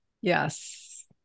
yes